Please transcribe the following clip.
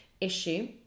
issue